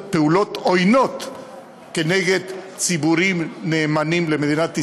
פעולות עוינות כנגד ציבורים נאמנים למדינת ישראל,